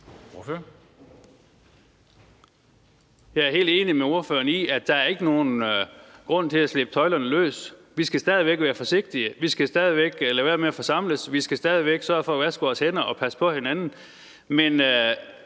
Jeg er helt enig med ordføreren i, at der ikke er nogen grund til at slippe tøjlerne. Vi skal stadig væk være forsigtige. Vi skal stadig væk lade være med at forsamles. Vi skal stadig væk sørge for at vaske vores hænder og passe på hinanden.